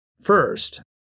first